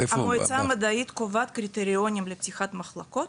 המועצה המדעית קובעת קריטריונים לפתיחת מחלקות,